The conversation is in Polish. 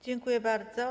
Dziękuję bardzo.